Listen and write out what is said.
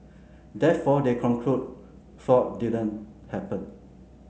therefore they conclude fraud didn't happen